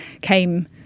came